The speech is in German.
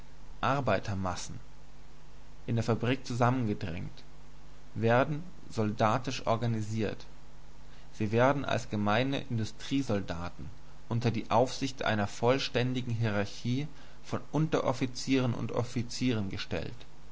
arbeitermassen in der fabrik zusammengedrängt werden soldatisch organisiert sie werden als gemeine industriesoldaten unter die aufsicht einer vollständigen hierarchie von unteroffizieren und offizieren gestellt